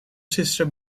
sister